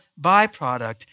byproduct